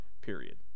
Period